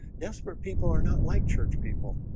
that's where people are not like church people